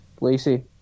Lacey